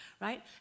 right